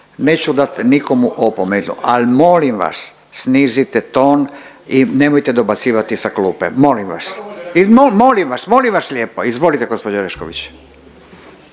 Neću dati nikome opomenu, ali molim vas snizite ton i nemojte dobacivati sa klupe. Molim vas! Molim vas! Molim vas lijepo! Izvolite gospođo Orešković./…